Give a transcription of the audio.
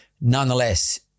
nonetheless